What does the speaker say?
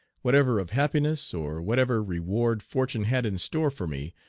whatever of happiness, or whatever reward fortune had in store for me,